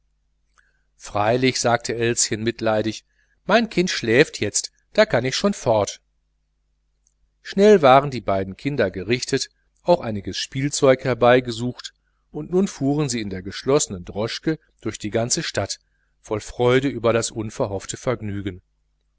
freilich sagte elschen mitleidig mein kind schläft jetzt da kann ich schon fort schnell waren die beiden geschwister gerichtet auch einiges spielzeug herbeigesucht und nun fuhren sie in der geschlossenen droschke durch die ganze stadt voll freude über das unverhoffte vergnügen